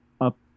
up